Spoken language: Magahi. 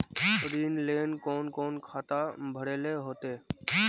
ऋण लेल कोन कोन खाता भरेले होते?